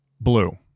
Blue